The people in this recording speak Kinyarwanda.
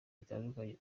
bitandukanye